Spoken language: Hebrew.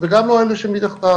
וגם לא אלה שמתחתיו.